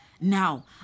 Now